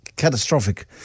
catastrophic